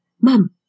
mom